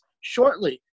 shortly